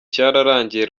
cyararangiye